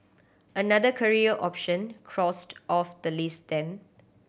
another career option crossed off the list then